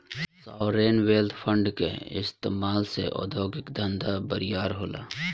sovereign wealth fund के इस्तमाल से उद्योगिक धंधा बरियार होला